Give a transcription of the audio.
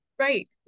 Right